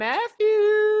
Matthew